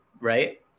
right